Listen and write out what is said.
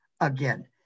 Again